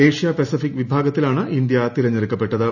Asia Pacific വിഭാഗത്തിലാണ് India തിരഞ്ഞെടുക്കപ്പെട്ടത്